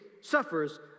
suffers